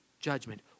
judgment